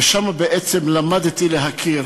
ושם בעצם למדתי להכיר